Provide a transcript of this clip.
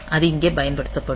அது இங்கே பயன்படுத்தப்படும்